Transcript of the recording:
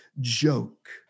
joke